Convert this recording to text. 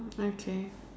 okay